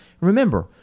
Remember